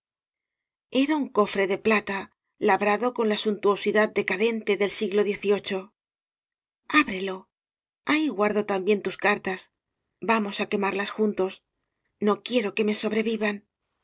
era un cofre de plata labrado con la sun tuosidad decadente del siglo xvm abrelo ahí guardo también tus car tas vamos á quemarlas juntos no quie ro que me sobrevivan